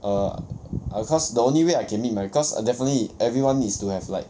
err because the only way I can meet my cause definitely everyone needs to have like